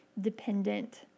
dependent